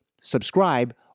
subscribe